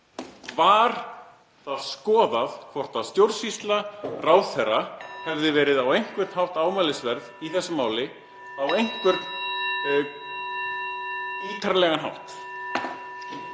Var skoðað hvort stjórnsýsla ráðherra hefði verið á einhvern hátt ámælisverð í þessu máli á einhvern ítarlegan hátt?